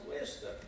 wisdom